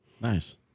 Nice